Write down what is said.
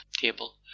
table